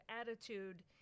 attitude